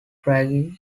prague